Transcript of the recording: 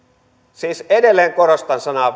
siis edelleen korostan sanaa